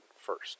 first